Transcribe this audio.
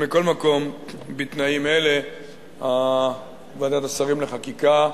מכל מקום, בתנאים אלה, ועדת השרים לחקיקה,